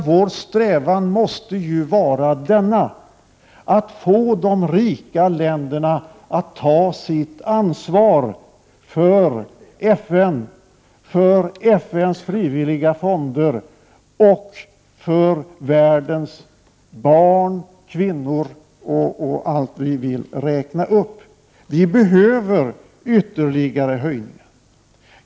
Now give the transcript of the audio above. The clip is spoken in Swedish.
Vår strävan måste vara att få de rika länderna att ta sitt ansvar för FN, för FN:s frivilliga fonder och för världens barn och kvinnor — och allt vad vi vill räkna upp. Ytterligare höjningar behövs.